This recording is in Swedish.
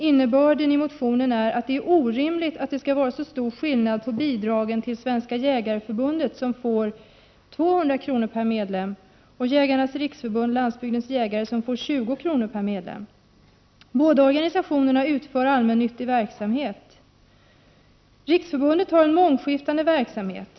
Innebörden i motionen är att det är orimligt att skillnaden är så stor mellan bidraget till Svenska jägareförbundet — som får 200 kr. per medlem — och bidraget till Jägarnas riksförbund-Landsbygdens jägare — som får 20 kr. per medlem. Båda organisationerna bedriver allmännyttig verksamhet. Riksförbundet har en mångskiftande verksamhet.